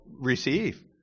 receive